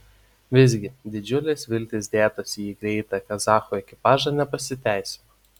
visgi didžiulės viltys dėtos į greitą kazachų ekipažą nepasiteisino